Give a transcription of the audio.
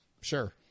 sure